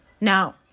Now